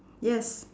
yes